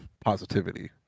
positivity